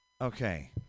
Okay